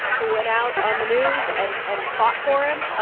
who went out on the news and and fought for him. ah